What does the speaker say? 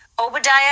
Obadiah